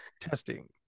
Testing